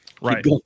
right